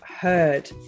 heard